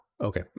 Okay